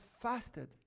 fasted